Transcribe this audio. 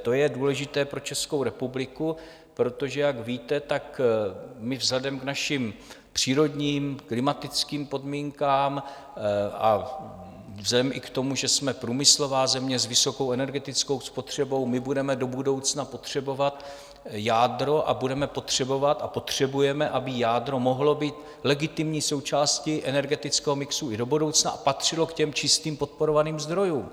To je důležité pro Českou republiku, protože jak víte, vzhledem k našim přírodním, klimatickým podmínkám a vzhledem i k tomu, že jsme průmyslová země s vysokou energetickou spotřebou, budeme do budoucna potřebovat jádro a budeme potřebovat a potřebujeme, aby jádro mohlo být legitimní součástí energetického mixu i do budoucna a patřilo k těm čistým podporovaným zdrojům.